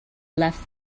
left